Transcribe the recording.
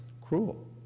cruel